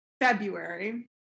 February